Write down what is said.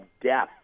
death